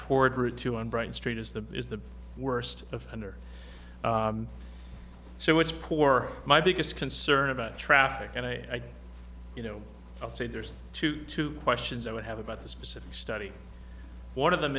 toward route two on brighton street is that is the worst offender so it's core my biggest concern about traffic and i you know i'll say there's two two questions i would have about the specific study one of them